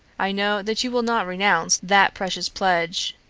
i know that you will not renounce that precious pledge.